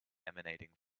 emanating